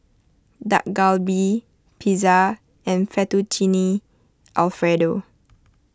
Dak Galbi Pizza and Fettuccine Alfredo